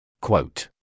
Quote